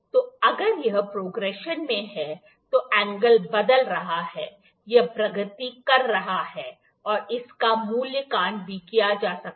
तो अगर यह प्रोग्रेशन में है तो एंगल बदल रहा है यह प्रगति कर रहा है और इसका मूल्यांकन भी किया जा सकता है